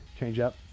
changeup